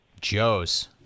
Joe's